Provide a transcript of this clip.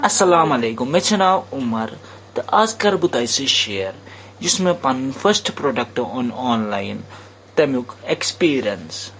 اَلسَلامُ علیکُم مےٚ چھُ ناو عُمر تہٕ آز کَرٕ بہٕ تۄہہِ سۭتۍ شِیر یُس مےٚ پَنُن فٔرسٹہٕ پرٛوڈَکٹہٕ اوٚن آنلاین تَمیٛک ایٚکٕسپیٖریَنٕس